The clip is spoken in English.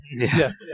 Yes